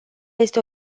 este